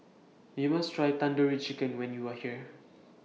YOU must Try Tandoori Chicken when YOU Are here